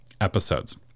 episodes